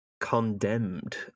condemned